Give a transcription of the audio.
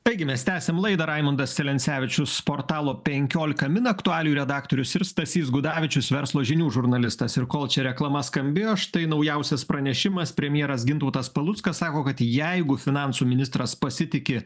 taigi mes tęsiam laidą raimundas celencevičius portalo penkiolika min aktualijų redaktorius ir stasys gudavičius verslo žinių žurnalistas ir kol čia reklama skambėjo štai naujausias pranešimas premjeras gintautas paluckas sako kad jeigu finansų ministras pasitiki